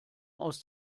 aus